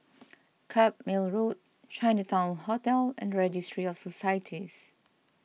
Carpmael Road Chinatown Hotel and Registry of Societies